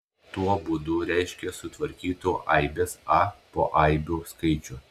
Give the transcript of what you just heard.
tuo būdu reiškia sutvarkytų aibės a poaibių skaičių